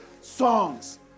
songs